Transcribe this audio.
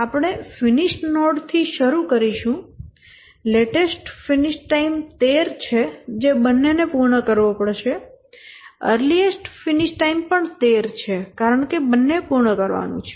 આપણે finish node થી શરૂ કરીશું લેટેસ્ટ ફિનિશ ટાઈમ 13 છે જે બંનેને પૂર્ણ કરવો પડશે અર્લીએસ્ટ ફિનિશ ટાઈમ પણ 13 છે કારણ કે બંનેએ પૂર્ણ કરવાનું છે